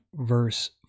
verse